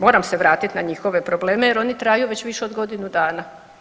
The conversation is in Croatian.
Moram se vratiti na njihove probleme jer oni traju već više od godinu dana.